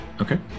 Okay